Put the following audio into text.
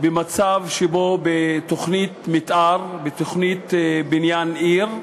במצב שבו בתוכנית מתאר, בתוכנית בניין עיר,